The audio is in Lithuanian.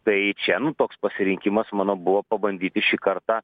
tai čia nu toks pasirinkimas mano buvo pabandyti šį kartą